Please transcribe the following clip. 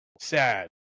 sad